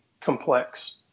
complex